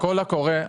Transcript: הקול הקורא,